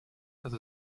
dass